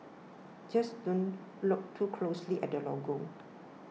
just don't look too closely at the logo